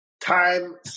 time